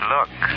Look